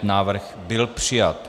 Návrh byl přijat.